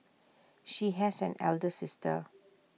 she has an elder sister